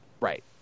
Right